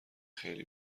خیلی